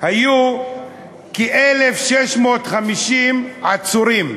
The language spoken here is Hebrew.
היו כ-1,650 עצורים.